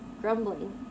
Grumbling